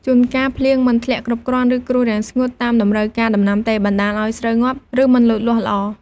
ជួនកាលភ្លៀងមិនធ្លាក់គ្រប់គ្រាន់ ឬ គ្រោះរាំងស្ងួត តាមតម្រូវការដំណាំទេ បណ្ដាលឱ្យស្រូវងាប់ ឬមិនលូតលាស់ល្អ។